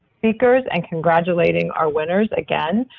speakers and congratulating our winners again.